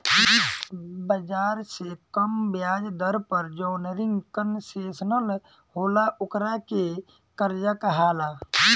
बाजार से कम ब्याज दर पर जवन रिंग कंसेशनल होला ओकरा के कर्जा कहाला